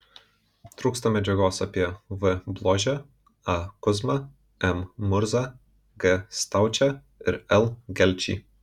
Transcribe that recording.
trūksta medžiagos apie v bložę a kuzmą m murzą g staučę ir l gelčį